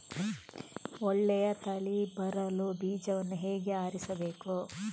ಒಳ್ಳೆಯ ತಳಿ ಬರಲು ಬೀಜವನ್ನು ಹೇಗೆ ಆರಿಸಬೇಕು?